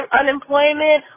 unemployment